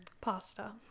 pasta